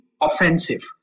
offensive